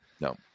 No